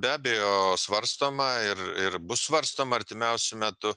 be abejo svarstoma ir ir bus svarstoma artimiausiu metu